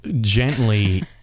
gently